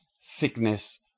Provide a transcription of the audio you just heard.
sickness